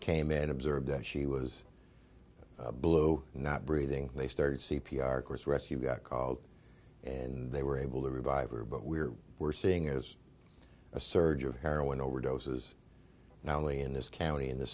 and observed that she was blue not breathing they started c p r course rescue got called and they were able to revive her but we're we're seeing it was a surge of heroin overdoses not only in this county in the